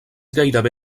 gairebé